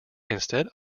instead